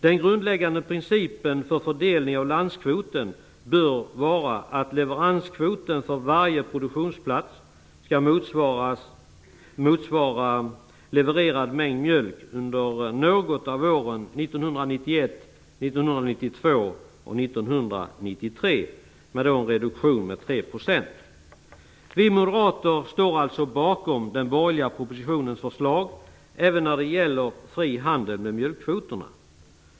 Den grundläggande principen för fördelning av landskvoten bör vara att leveranskvoten för varje produktionsplats skall motsvara levererad mängd mjölk under något av åren Vi moderater står alltså bakom den borgerliga propositionens förslag även när det gäller fri handel med mjölkkvoterna.